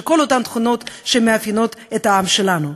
של כל אותן תכונות שמאפיינות את העם שלנו.